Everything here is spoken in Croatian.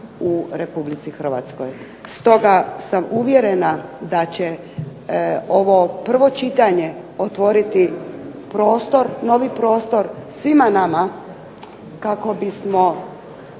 u Republici Hrvatskoj. Stoga sam uvjerena da će ovo prvo čitanje otvoriti prostor, novi prostor svima nama kako bismo